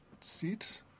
seat